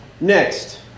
Next